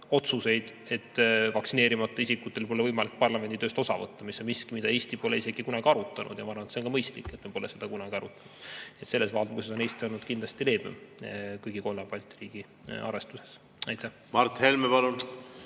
otsuseid, et vaktsineerimata isikutel pole võimalik parlamendi tööst osa võtta. See on miski, mida Eesti pole kunagi isegi arutanud, ja ma arvan, et see on mõistlik, et me pole seda kunagi arutanud. Selles valguses on Eesti olnud kindlasti leebem kõigi kolme Balti riigi arvestuses. Mart Helme, palun!